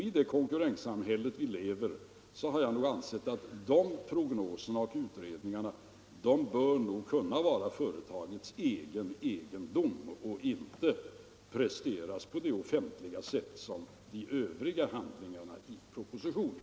I det konkurrenssamhälle vi lever i har jag ansett att de prognoserna och utredningarna nog bör kunna vara företagets privata egendom och inte presenteras på samma offentliga sätt som övriga handlingar i propositionen.